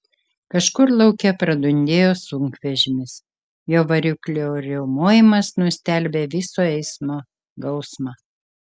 kažkur lauke pradundėjo sunkvežimis jo variklio riaumojimas nustelbė viso eismo gausmą